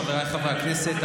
חבריי חברי הכנסת,